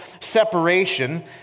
separation